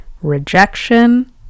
rejection